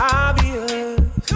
obvious